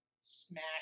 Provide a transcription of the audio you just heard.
smash